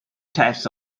type